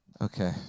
Okay